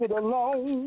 alone